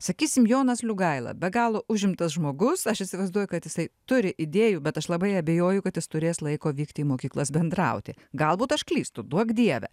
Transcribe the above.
sakysim jonas liugaila be galo užimtas žmogus aš įsivaizduoju kad jisai turi idėjų bet aš labai abejoju kad jis turės laiko vykti į mokyklas bendrauti galbūt aš klystu duok dieve